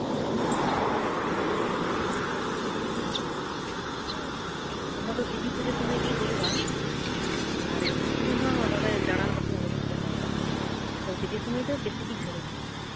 ᱚᱱᱟ ᱫᱚ ᱫᱤᱵᱤ ᱯᱩᱡᱟᱹ ᱥᱚᱢᱚᱭ ᱜᱮ ᱦᱩᱭᱩᱜᱼᱟ ᱟᱨ ᱮᱢᱱᱤ ᱥᱚᱢᱚᱭ ᱦᱚᱸ ᱱᱚᱸᱰᱮ ᱫᱟᱬᱟᱱ ᱫᱚᱠᱚ ᱦᱤᱡᱩᱜ ᱜᱮᱭᱟ ᱦᱚᱲ ᱫᱚ ᱛᱚ ᱫᱮᱵᱤ ᱥᱚᱢᱚᱭ ᱫᱚ ᱵᱮᱥᱤ ᱜᱮ ᱵᱷᱤᱲᱚᱜᱼᱟ ᱦᱮᱸ